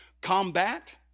combat